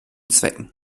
zwecken